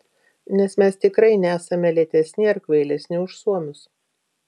nes mes tikrai nesame lėtesni ar kvailesni už suomius